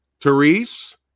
Therese